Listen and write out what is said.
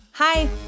Hi